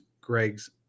Greg's